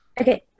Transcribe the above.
Okay